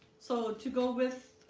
so to go with